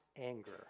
anger